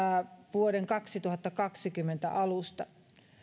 vuoden kaksituhattakaksikymmentä alusta